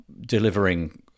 delivering